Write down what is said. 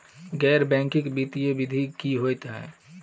गैर बैंकिंग वित्तीय गतिविधि की होइ है?